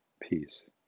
peace